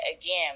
again